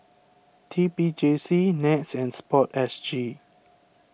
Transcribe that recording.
T P J C NETS and Sport S G